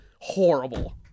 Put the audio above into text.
horrible